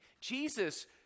Jesus